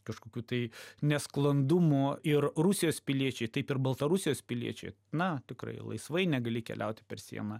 kažkokių tai nesklandumų ir rusijos piliečiai taip ir baltarusijos piliečiai na tikrai laisvai negali keliauti per sieną